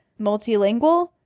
multilingual